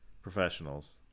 Professionals